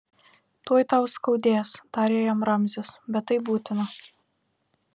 tuoj tau skaudės tarė jam ramzis bet tai būtina